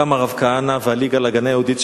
קמו הרב כהנא ו"הליגה להגנה יהודית",